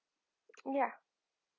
ya